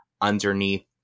underneath